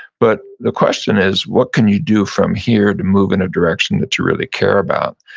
but the question is, what can you do from here to move in a direction that you really care about?